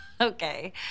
Okay